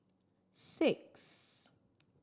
six